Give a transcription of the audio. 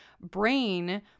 brain